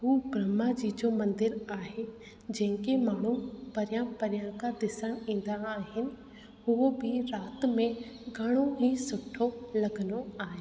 हू ब्रह्मा जी जो मंदरु आहे जंहिंखे माण्हू परियां परियां खां ॾिसण ईंदा आहिनि उहो बि राति में घणो ई सुठो लॻंदो आहे